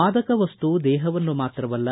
ಮಾದಕ ವಸ್ತು ದೇಹವನ್ನು ಮಾತ್ರವಲ್ಲ